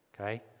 Okay